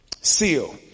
seal